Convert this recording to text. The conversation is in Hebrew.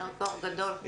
יישר כוח גדול.